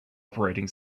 operating